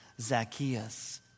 Zacchaeus